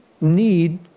need